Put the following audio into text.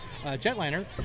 jetliner